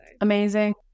amazing